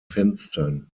fenstern